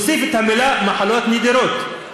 להוסיף את המילים "מחלות נדירות".